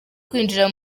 kwinjira